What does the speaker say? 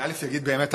הצעת חוק הבנקאות (רישוי) (תיקון מס' 25 והוראת שעה)